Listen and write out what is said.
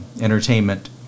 entertainment